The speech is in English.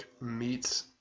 meats